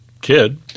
kid